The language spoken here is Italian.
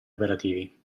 operativi